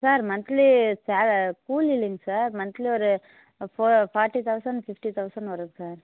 sir monthly சா கூலி இல்லைங்க சார் மந்த்லி ஒரு ஃபா ஃபார்ட்டி தௌசண்ட் ஃபிஃப்ட்டி ப தௌசண்ட் வரும் சார்